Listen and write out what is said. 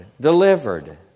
delivered